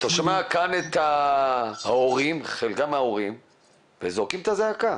אתה שומע כאן את ההורים שזועקים את הזעקה.